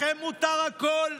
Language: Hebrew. לכם מותר הכול.